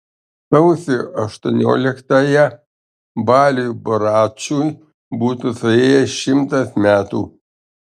sausio aštuonioliktąją baliui buračui būtų suėję šimtas metų